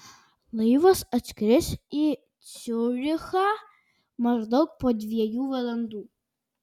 laivas atskris į ciurichą maždaug po dviejų valandų